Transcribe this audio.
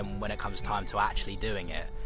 when it comes time to actually doing it,